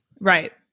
Right